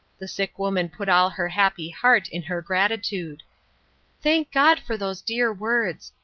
the sick woman put all her happy heart in her gratitude thank god for those dear words!